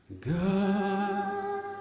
God